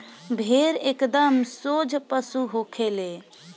भेड़ एकदम सोझ पशु होखे ले